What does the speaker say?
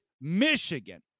Michigan